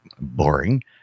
boring